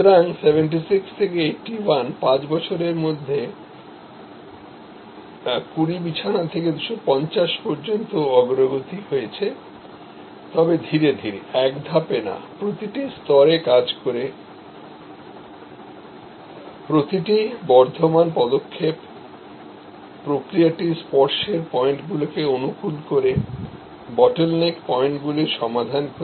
সুতরাং 76 থেকে 81 পাঁচ বছরের মধ্যে20 থেকে 250 পর্যন্ত অগ্রগতি হয়েছে তবে ধীরে ধীরে এক ধাপে না প্রতিটি স্তরে কাজ করে প্রতিটি বর্ধমান পদক্ষেপে প্রক্রিয়াটির স্পর্শের পয়েন্টগুলিকে অনুকূল করে bottle neck পয়েন্টগুলির সমাধান করে